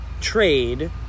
trade